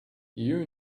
you